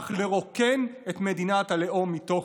וכך לרוקן את מדינת הלאום מתוכן.